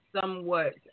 somewhat